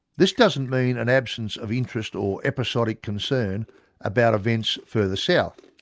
this doesn't mean an absence of interest or episodic concern about events further south.